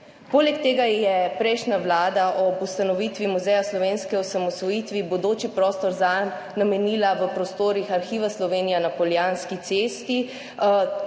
Poleg tega je prejšnja vlada ob ustanovitvi Muzeja slovenske osamosvojitve bodoči prostor zanj namenila v prostorih Arhiva Slovenija na Poljanski cesti.